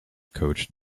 coach